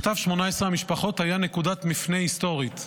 מכתב 18 המשפחות היה נקודת מפנה היסטורית.